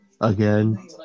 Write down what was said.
again